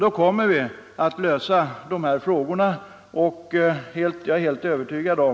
Då kommer vi också att få den bästa lösningen, det är jag helt övertygad om.